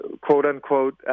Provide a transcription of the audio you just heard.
quote-unquote